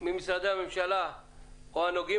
ממשרדי הממשלה או מהארגונים הנוגעים